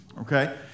Okay